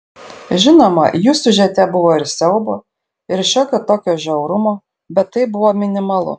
žinoma jų siužete buvo ir siaubo ir šiokio tokio žiaurumo bet tai buvo minimalu